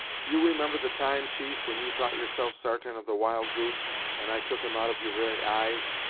do you remember the time, chief, when you thought yourself sartain of the wild-goose, and i took him out of your very eyes,